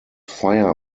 fire